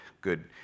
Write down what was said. good